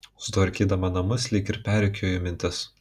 sutvarkydama namus lyg ir perrikiuoju mintis